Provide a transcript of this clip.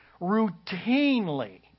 routinely